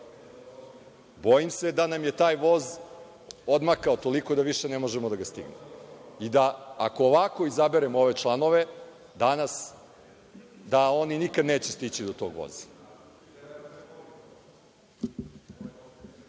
Bojim se da nam je taj voz odmakao toliko da više ne možemo da ga stignemo i da, ako ovako izaberemo ove članove danas, oni nikad neće stići do tog